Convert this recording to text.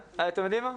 אתם יודעים מה?